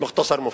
"מוכתסר מופיד".